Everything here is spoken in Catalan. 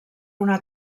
una